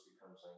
becomes